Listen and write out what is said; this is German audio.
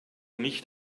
nicht